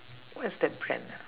what's that brand ah